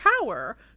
power